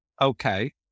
okay